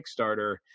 Kickstarter